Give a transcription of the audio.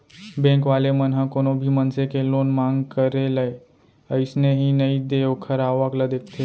bank वाले मन ह कोनो भी मनसे के लोन मांग करे ले अइसने ही नइ दे ओखर आवक ल देखथे